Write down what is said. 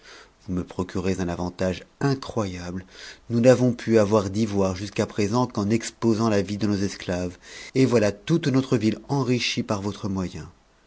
vous me procurez un tage incroyable nous n'avons pu avoir d'ivoire jusqu'à présent exposant la vie de nos esclaves et voilà toute notre ville ennch'e p votre moyen